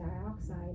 dioxide